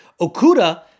Okuda